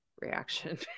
reaction